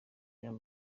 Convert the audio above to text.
jean